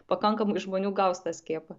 pakankamai žmonių gaus tą skiepą